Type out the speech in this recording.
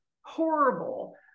horrible